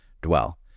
dwell